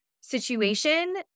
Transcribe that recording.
situation